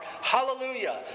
Hallelujah